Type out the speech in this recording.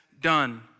done